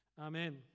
Amen